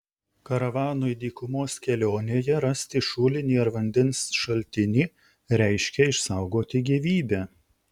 karavanui dykumos kelionėje rasti šulinį ar vandens šaltinį reiškė išsaugoti gyvybę